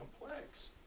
complex